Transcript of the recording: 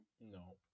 No